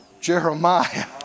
Jeremiah